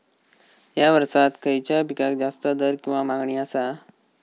हया वर्सात खइच्या पिकाक जास्त दर किंवा मागणी आसा?